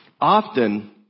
Often